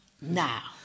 now